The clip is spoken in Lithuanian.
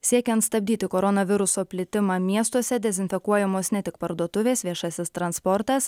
siekiant stabdyti koronaviruso plitimą miestuose dezinfekuojamos ne tik parduotuvės viešasis transportas